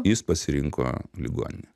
jis pasirinko ligoninę